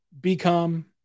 become